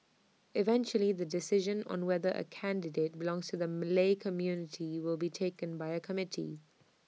eventually the decision on whether A candidate belongs to the Malay community will be taken by A committee